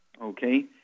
okay